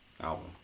album